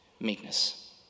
Meekness